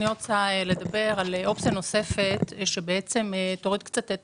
אני רוצה לדבר על אופציה נוספת שתוריד קצת את